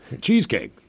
Cheesecake